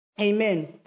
amen